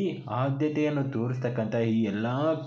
ಈ ಆದ್ಯತೆಯನ್ನು ತೋರಿಸ್ತಕ್ಕಂಥ ಈ ಎಲ್ಲ